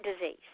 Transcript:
disease